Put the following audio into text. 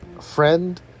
friend